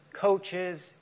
coaches